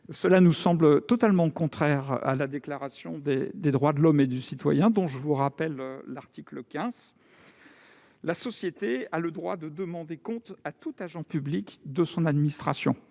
nous semble totalement contraire à la Déclaration des droits de l'homme et du citoyen, dont je vous rappelle l'article XV :« La société a le droit de demander compte à tout agent public de son administration.